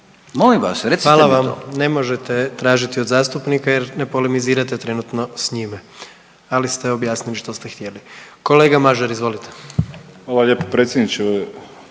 Gordan (HDZ)** Hvala vam. Ne možete tražiti od zastupnika jer ne polemizirati trenutno s njime, ali ste objasnili što ste htjeli. Kolega Mažar, izvolite. **Mažar, Nikola